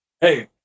Hey